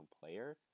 player